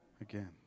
again